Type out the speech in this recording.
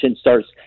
starts